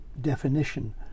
definition